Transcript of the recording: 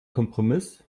kompromiss